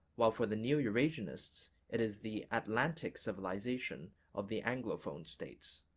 while for the neo-eurasianists it is the atlantic civilization of the anglophone states.